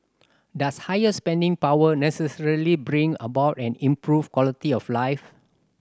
does higher spending power necessarily bring about an improved quality of life